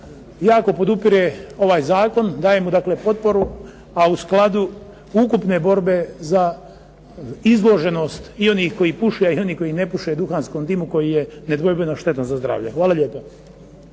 jako podupire ovaj zakon. Dajemo dakle potporu, a u skladu ukupne borbe za izloženost i onih koji puše i onih koji ne puše duhanskom dimu koji je nedvojbeno štetan za zdravlje. Hvala lijepo.